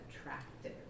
attractive